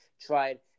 tried